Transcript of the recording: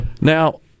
Now